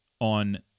on